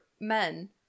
men